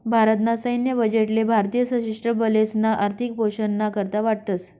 भारत ना सैन्य बजेट ले भारतीय सशस्त्र बलेसना आर्थिक पोषण ना करता वाटतस